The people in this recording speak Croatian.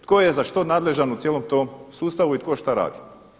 Tko je za što nadležan u cijelom tom sustavu i tko što radi?